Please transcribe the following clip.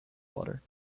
water